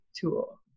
tool